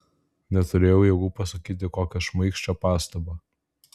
neturėjau jėgų pasakyti kokią šmaikščią pastabą